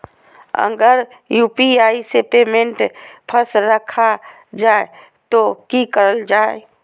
अगर यू.पी.आई से पेमेंट फस रखा जाए तो की करल जाए?